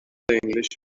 the